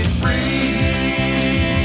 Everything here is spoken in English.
free